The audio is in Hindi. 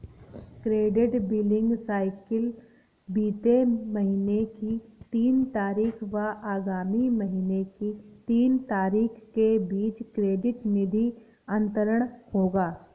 क्रेडिट बिलिंग साइकिल बीते महीने की तीन तारीख व आगामी महीने की तीन तारीख के बीच क्रेडिट निधि अंतरण होगा